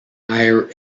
hire